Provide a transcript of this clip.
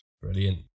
Brilliant